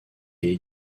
est